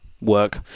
work